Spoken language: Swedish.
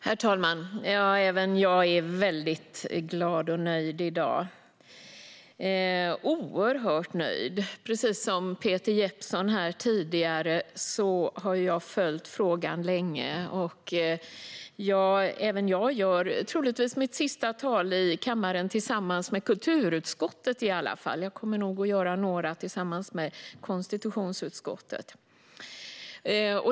Herr talman! Även jag är oerhört glad och nöjd i dag. Precis som Peter Johnsson har jag följt frågan länge, och även jag håller troligtvis mitt sista tal i kammaren, i alla fall tillsammans med kulturutskottet. Jag kommer nog att hålla några tillsammans med konstitutionsutskottet.